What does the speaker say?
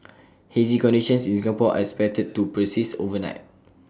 hazy conditions in Singapore are expected to persist overnight